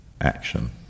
action